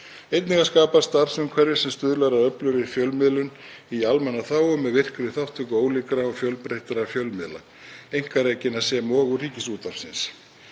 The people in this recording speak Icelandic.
einnig að skapa starfsumhverfi sem stuðlar að öflugri fjölmiðlun í almannaþágu með virkri þátttöku ólíkra og fjölbreyttra fjölmiðla, einkarekinna sem og Ríkisútvarpsins.